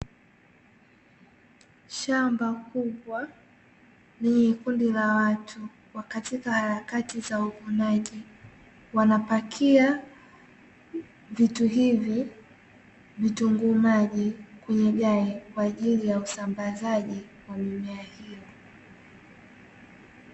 Shamba kubwa, lenye kundi la watu katika harakati za uvunaji, wanapakia vitu hivi vitunguu maji kwenye gari kwa ajili ya usambazaji wa mimea hiyo.